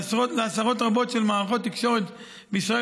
לעשרות רבות של מערכות תקשורת בישראל